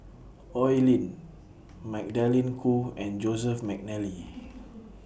Oi Lin Magdalene Khoo and Joseph Mcnally